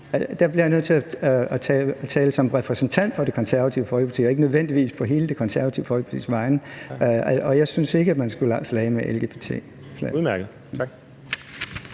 Der bliver jeg nødt til at tale som repræsentant for Det Konservative Folkeparti og ikke nødvendigvis på hele Det Konservative Folkepartis vegne. Jeg synes ikke, man skulle flage med lgbt-flaget.